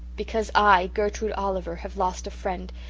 because i, gertrude oliver, have lost a friend,